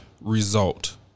result